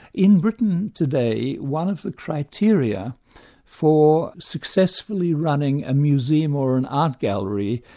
in britain today, one of the criteria for successfully running a museum or an art gallery,